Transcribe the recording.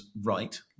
right